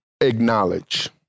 acknowledge